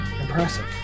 Impressive